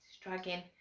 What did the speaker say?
dragging